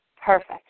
Perfect